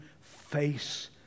face